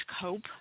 cope